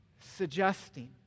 suggesting